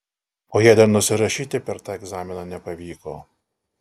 o jei dar nusirašyti per tą egzaminą nepavyko